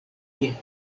tie